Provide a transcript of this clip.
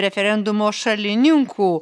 referendumo šalininkų